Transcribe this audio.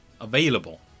available